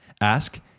Ask